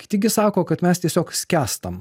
kiti gi sako kad mes tiesiog skęstam